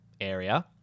area